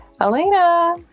Elena